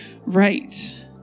right